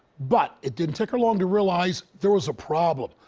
but it didn't take her long to realize there was a problem,